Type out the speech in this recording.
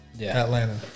Atlanta